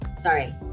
Sorry